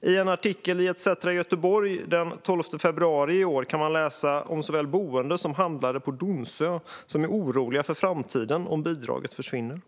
I en artikel i ETC Göteborg den 12 februari i år kan man läsa om såväl boende som handlare på Donsö som är oroliga för framtiden om bidraget försvinner.